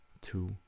two